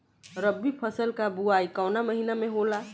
रबी फसल क बुवाई कवना महीना में होला?